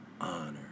honor